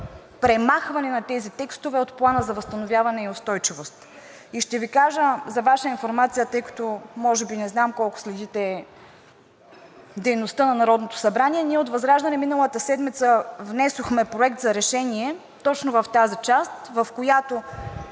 премахване на тези текстове от Плана за възстановяване и устойчивост? И ще Ви кажа за Ваша информация, тъй като може би не знам доколко следите дейността на Народното събрание, ние от ВЪЗРАЖДАНЕ миналата седмица внесохме Проект за решение точно в тази част, в която